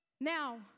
now